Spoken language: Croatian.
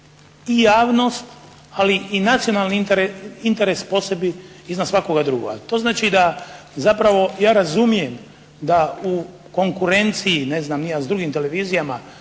i javnost ali i nacionalni interes posebno iznad svakoga drugoga. To znači da zapravo ja razumijem da u konkurenciji ne znam ni ja s drugim televizijama,